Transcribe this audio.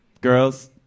girls